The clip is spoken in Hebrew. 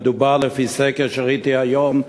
מדובר בסקר שראיתי היום,